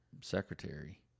Secretary